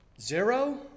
Zero